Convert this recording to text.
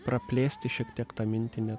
praplėsti šiek tiek tą mintį net